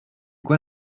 quoi